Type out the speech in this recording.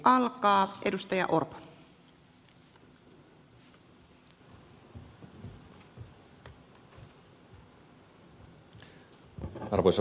arvoisa rouva puhemies